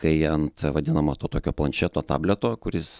kai ant vadinamo to tokio planšeto tableto kuris